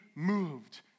Moved